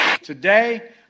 Today